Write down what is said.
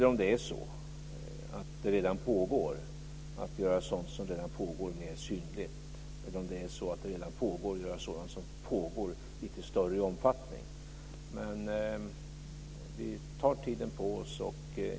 Det kanske är så att det redan pågår, och då kan vi göra sådant som redan pågår mer synligt eller lite större i omfattning. Men vi tar tiden på oss.